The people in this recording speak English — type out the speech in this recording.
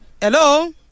Hello